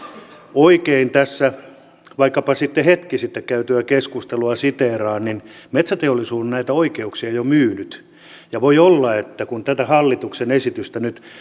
oikein tässä vaikkapa hetki sitten käytyä keskustelua siteeraan niin metsäteollisuus on näitä oikeuksia jo myynyt ja voi olla että kun tätä hallituksen esitystä nyt